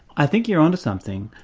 i think you're on to something,